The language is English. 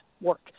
work